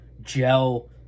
gel